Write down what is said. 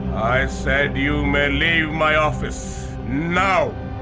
i said you may leave my office. now!